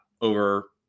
over